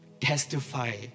testify